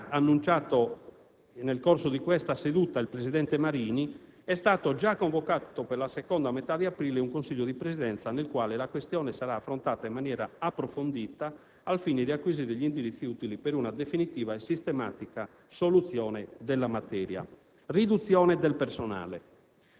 potuta giungere nell'arco di poche settimane ad una conclusione. Come annunciato nel corso di questa seduta dal presidente Marini, è stato già convocato per la seconda metà di aprile un Consiglio di Presidenza nel quale la questione sarà affrontata in maniera approfondita, al fine di acquisire gli indirizzi utili ad una definitiva e